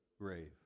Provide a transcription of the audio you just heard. grave